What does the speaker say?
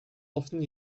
often